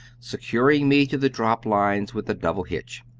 securing me to the drop-lines with a double hitch.